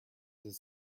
his